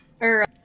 or-